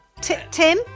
Tim